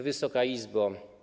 Wysoka Izbo!